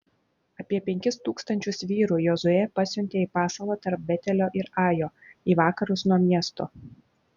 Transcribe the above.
apie penkis tūkstančius vyrų jozuė pasiuntė į pasalą tarp betelio ir ajo į vakarus nuo miesto